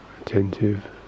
attentive